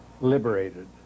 liberated